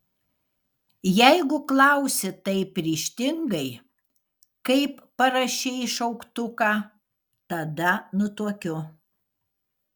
jeigu klausi taip ryžtingai kaip parašei šauktuką tada nutuokiu